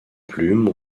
plumes